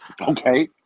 Okay